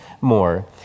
more